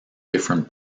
different